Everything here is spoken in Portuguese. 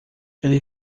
ele